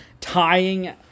tying